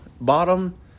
Bottom